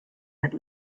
had